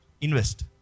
invest